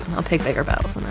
i'll pick bigger battles